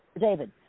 David